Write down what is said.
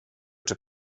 czy